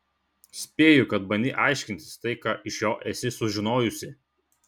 spėju kad bandei aiškintis tai ką iš jo esi sužinojusi